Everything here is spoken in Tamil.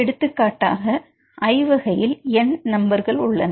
எடுத்து காட்டா க i வகையில் n உள்ளன